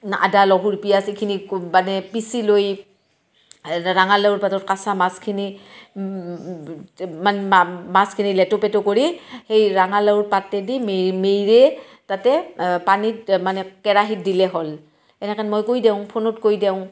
না আদা লহুৰ পিঁয়াজ এইখিনি মানে পিচি লৈ ৰাঙালাওৰ পাতত কেঁচা মাছখিনি মাছখিনি লেটু পেটু কৰি সেই ৰাঙালাওৰ পাতেদি মেই মেৰিয়াই তাতে পানীত মানে কেৰাহীত দিলে হ'ল এনেকৈ মই কৈ দিওঁ ফোনত কৈ দিওঁ